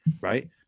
right